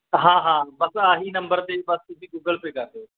ਹਾਂ ਹਾਂ ਬਸ ਆਹੀ ਨੰਬਰ 'ਤੇ ਬਸ ਤੁਸੀਂ ਗੂਗਲ ਪੇ ਕਰ ਦਿਓ